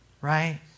right